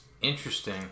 Interesting